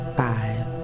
five